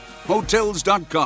Hotels.com